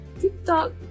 TikTok